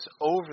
over